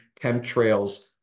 chemtrails